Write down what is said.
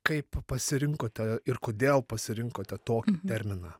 kaip pasirinkote ir kodėl pasirinkote tokį terminą